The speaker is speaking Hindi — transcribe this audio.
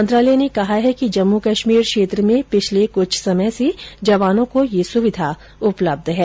मंत्रालय ने कहा है कि जम्म कश्मीर क्षेत्र में पिछले कुछ समय से जवानों को यह सुविधा उपलब्ध है